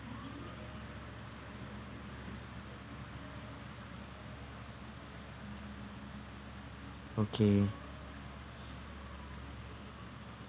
okay